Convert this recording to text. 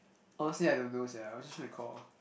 honestly I don't know sia I just recall